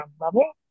level